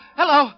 hello